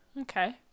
okay